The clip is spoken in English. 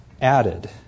added